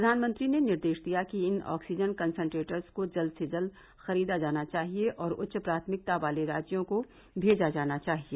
प्रधानमंत्री ने निर्देश दिया कि इन ऑक्सीजन कसेंट्रेटर्स को जल्द से जल्द खरीदा जाना चाहिए और उच्च प्राथमिकता वाले राज्यों को भेजा जाना चाहिए